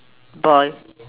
boy